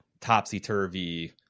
topsy-turvy